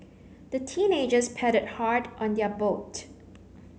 the teenagers paddled hard on their boat